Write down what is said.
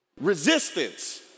Resistance